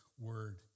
word